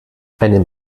einem